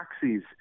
taxis